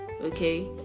okay